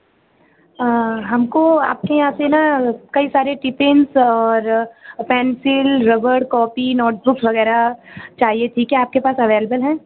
हमको आपके यहाँ से ना कई सारे टिपिन्स और पेंसिल रबर कॉपी नोटबुक वगैरह चाहिए थी ठीक है आपके पास अवेलेबिल हैं